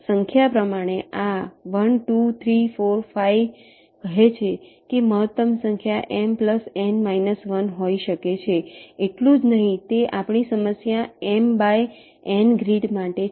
સંખ્યા પ્રમાણે આ 1 2 3 4 5 કહે છે કે મહત્તમ સંખ્યા M N −1 હોઈ શકે છે એટલું જ નહીં તે આપણી સમસ્યા M બાય N ગ્રીડ માટે છે